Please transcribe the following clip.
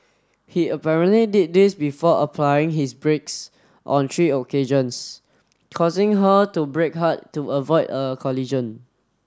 he apparently did this before applying his brakes on three occasions causing her to brake hard to avoid a collision